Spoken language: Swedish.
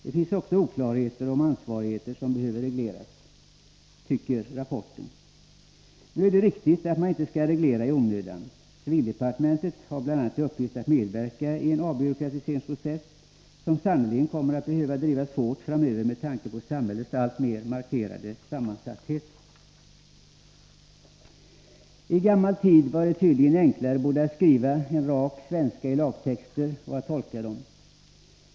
Det finns också oklarheter om ansvarigheter som behöver regleras, tycker man i rapporten. Nu är det riktigt att man inte skall reglera i onödan. Civildepartementet har bl.a. till uppgift att medverka i en avbyråkratiseringsprocess, som sannerligen kommer att behöva drivas hårt framöver med tanke på samhällets alltmer markerade sammansatthet. I gammal tid var det tydligen enklare både att skriva en rak svenska i lagtexter och att tolka dem.